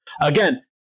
again